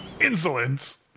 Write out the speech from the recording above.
Insolence